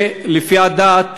ולפי הדת,